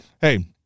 hey